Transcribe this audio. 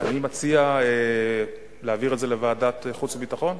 אני מציע להעביר את זה לוועדת החוץ והביטחון.